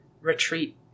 retreat